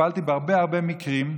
טיפלתי בהרבה הרבה מקרים.